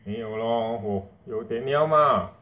没有 lor 我 yo~ di~ 你要吗